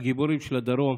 הגיבורים של הדרום,